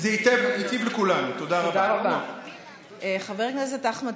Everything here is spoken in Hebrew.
אתה לא חייב להיכנס.